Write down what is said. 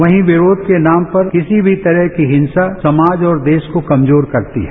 वहीं विरोध के नाम पर किसी भी तरह की हिंसा समाज और देश को कमजोर करती है